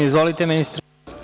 Izvolite ministre.